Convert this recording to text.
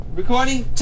Recording